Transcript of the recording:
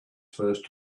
first